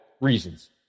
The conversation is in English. reasons